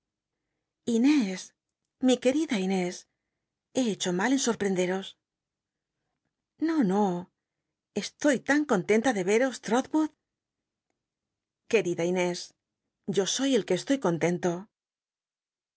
inés mi querida inés he hecllo mal en sorprenderos o no no estoy tan contenta de yer'os trolwood l querida inés yo soy el que esloy